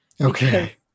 okay